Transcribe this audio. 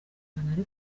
nari